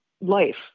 life